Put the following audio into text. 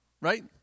right